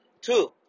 two